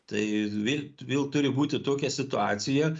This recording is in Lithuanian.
tai vė vėl turi būti tokia situacija